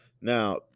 Now